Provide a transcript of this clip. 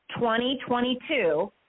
2022